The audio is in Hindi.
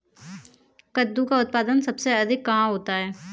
कद्दू का उत्पादन सबसे अधिक कहाँ होता है?